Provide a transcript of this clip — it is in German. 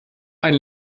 ein